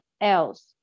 else